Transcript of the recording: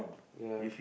ya